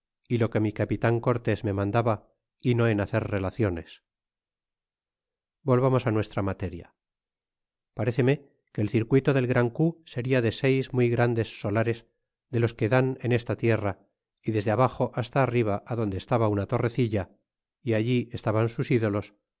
y lo que mi capitan cortés me mandaba y no en hacer relaciones volvamos nuestra materia paréceme que el circuito del gran cu seria de seis muy grandes solares de los que dan en esta tierra y desde abaxo hasta arriba adonde estaba una torrecilla é allí estaban sus ídolos